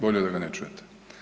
Bolje da ga ne čujete.